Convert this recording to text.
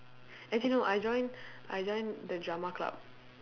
actually no I join I join the drama club